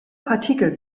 partikel